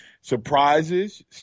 surprises